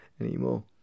anymore